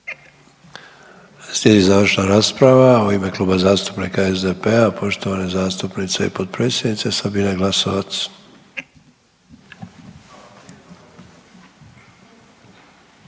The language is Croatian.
Slijedi završna rasprava u ime Kluba zastupnika SDP-a, poštovane zastupnice i potpredsjednice Sabine Glasovac.